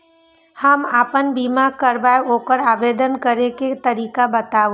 हम आपन बीमा करब ओकर आवेदन करै के तरीका बताबु?